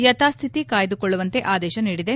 ಯಾಥಾಸ್ವಿತಿ ಕಾಯ್ದುಕೊಳ್ಳುವಂತೆ ಆದೇಶ ನೀಡಿದೆ